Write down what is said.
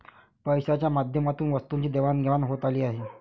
पैशाच्या माध्यमातून वस्तूंची देवाणघेवाण होत आली आहे